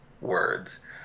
words